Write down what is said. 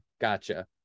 gotcha